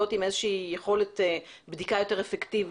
עם איזו שהיא יכולת בדיקה יותר אפקטיבית,